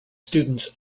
students